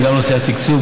גם בנושא התקצוב,